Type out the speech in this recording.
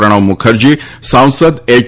પ્રણવ મુખર્જી સાંસદ એચ